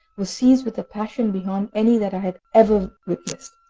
was seized with a passion beyond any that i have ever witnessed.